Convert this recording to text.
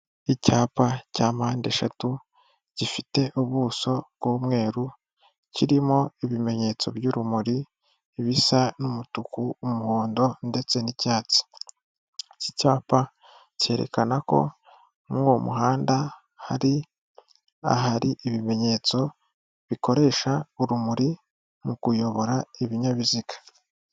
Icyapa cya mpandeshatu gifite ubuso bw'umweru, kirimo ibimenyetso by'urumuri bisa n'umutuku, umuhondo ndetse n'icyatsi. Iki cyapa cyerekana ko muri uwo muhanda hari ahari ibimenyetso bikoresha urumuri mu kuyobora ibinyabiziga.